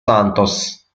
santos